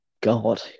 God